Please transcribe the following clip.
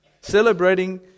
celebrating